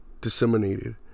disseminated